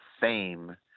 fame